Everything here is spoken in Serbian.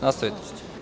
Nastavite.